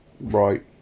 right